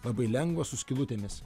labai lengvas su skylutėmis